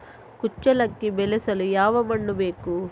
ಕುಚ್ಚಲಕ್ಕಿ ಬೆಳೆಸಲು ಯಾವ ಮಣ್ಣು ಬೇಕು?